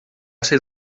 ser